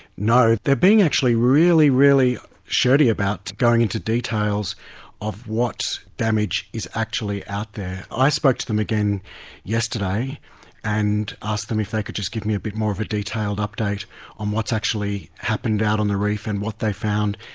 no, they are being actually really, really shirty about going into details of what damage is actually out there. i spoke to them again yesterday and asked them if they could just give me a bit more of a detailed update on what's actually happened out on the reef and what they found,